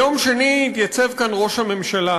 ביום שני התייצב כאן ראש הממשלה